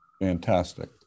Fantastic